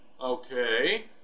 Okay